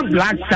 Black